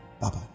bye-bye